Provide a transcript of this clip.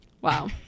Wow